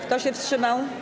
Kto się wstrzymał?